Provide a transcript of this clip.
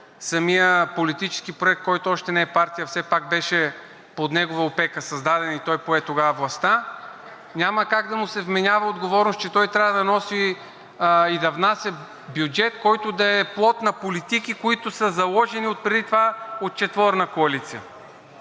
самият политически проект, който още не е партия, все пак беше под негова опека създаден и той пое тогава властта, няма как да му се вменява отговорност, че той трябва да носи и да внася бюджет, който да е плод на политики, които са заложени отпреди това от четворна коалиция.